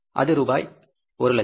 அது ரூபாய் 100000